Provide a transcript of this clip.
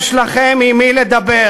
יש לכם עם מי לדבר.